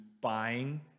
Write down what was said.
buying